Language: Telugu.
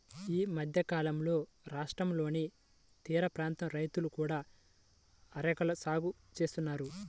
ఈ మధ్యకాలంలో రాష్ట్రంలోని తీరప్రాంత రైతులు కూడా అరెకల సాగు చేస్తున్నారు